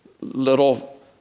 little